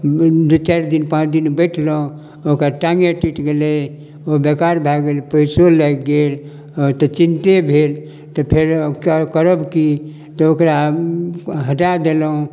चारि दिन पाँच दिन बैठलहुँ ओकर टाङ्गे टुटि गेलै ओ बेकार भए गेल पैसो लागि गेल अ तऽ चिन्ते भेल फेर करब की तऽ ओकरा हटाए देलहुँ